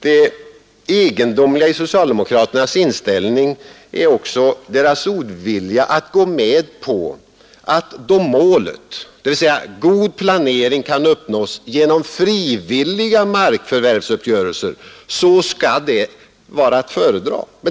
Det egendomliga i socialdemokraternas inställning är också deras ovilja att gå med på att då målet, dvs. god planering, kan uppnås genom frivilliga markförvärvsuppgörelser, så skall det vara att föredra.